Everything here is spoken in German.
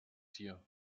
hier